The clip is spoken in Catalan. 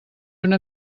una